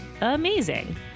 amazing